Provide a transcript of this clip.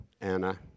Anna